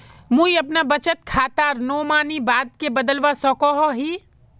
मुई अपना बचत खातार नोमानी बाद के बदलवा सकोहो ही?